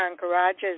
Garages